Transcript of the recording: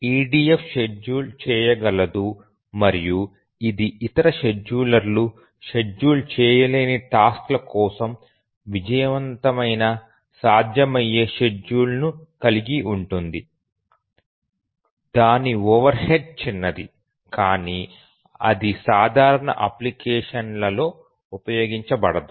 EDF schedule చేయగలదు మరియు ఇది ఇతర షెడ్యూలర్లు షెడ్యూల్ చేయలేని టాస్క్ ల కోసం విజయవంతమైన సాధ్యమయ్యే షెడ్యూల్ను కలిగి ఉంటుంది దాని ఓవర్హెడ్ చిన్నది కానీ అది సాధారణ అప్లికేషన్లలో ఉపయోగించబడదు